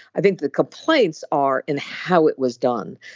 i think the complaints are in how it was done.